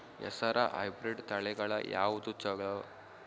ಹೆಸರ ಹೈಬ್ರಿಡ್ ತಳಿಗಳ ಯಾವದು ಚಲೋ?